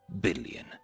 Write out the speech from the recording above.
billion